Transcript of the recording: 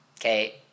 Okay